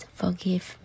forgive